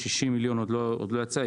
ה-60 מיליון עוד לא יצאו,